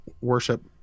worship